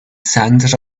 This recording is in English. sand